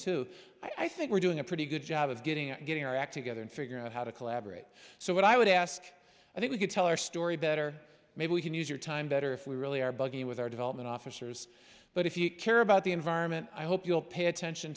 two i think we're doing a pretty good job of getting out getting our act together and figure out how to collaborate so what i would ask i think we could tell our story better maybe we can use your time better if we really are bugging with our development officers but if you care about the environment i hope you'll pay attention